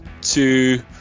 two